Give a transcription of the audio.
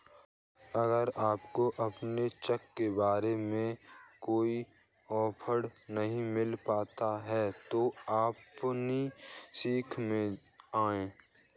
अगर आपको अपने चेक के बारे में कोई अपडेट नहीं मिल पाता है तो अपनी शाखा में आएं